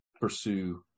pursue